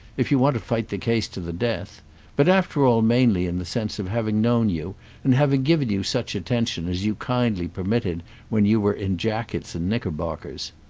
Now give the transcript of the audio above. if you want to fight the case to the death but after all mainly in the sense of having known you and having given you such attention as you kindly permitted when you were in jackets and knickerbockers.